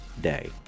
day